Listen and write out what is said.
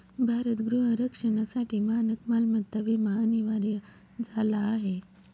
भारत गृह रक्षणासाठी मानक मालमत्ता विमा अनिवार्य झाला आहे